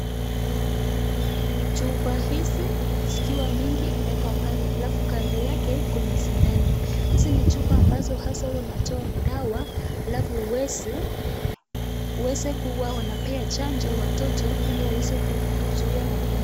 Chupa hizi zikiwa mingi zimeekwa pale alafu kando yake kuna sindano. Hizi ni chupa ambazo unatoa dawa alafu uweze kua unapea chanjo watoto ili waweze kuzuia magonjwa.